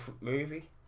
movie